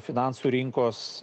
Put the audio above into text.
finansų rinkos